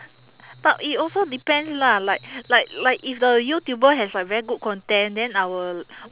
but it also depends lah like like like if the youtuber has like very good content and then I will